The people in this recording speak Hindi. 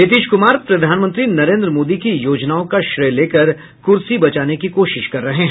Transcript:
नीतीश कुमार प्रधाानमंत्री नरेन्द्र मोदी की योजनाओं का श्रेय लेकर कुर्सी बचाने की कोशिश कर रहे हैं